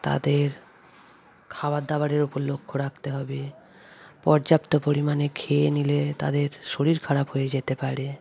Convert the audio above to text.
তাদের খাবার দাবারের উপর লক্ষ্য রাখতে হবে পর্যাপ্ত পরিমাণে খেয়ে নিলে তাদের শরীর খারাপ হয়ে যেতে পারে